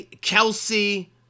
Kelsey